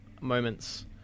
moments